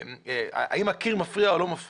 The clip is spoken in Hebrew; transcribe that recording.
האם הקיר מפריע או לא.